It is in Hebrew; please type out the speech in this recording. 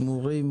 שמורים,